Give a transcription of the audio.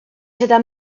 seda